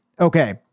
Okay